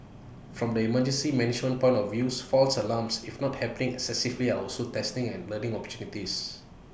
from the emergency management point of views false alarms if not happening excessively are also testing and learning opportunities